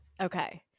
okay